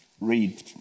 read